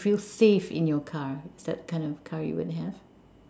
you feel safe in your car is that the kind of car you would have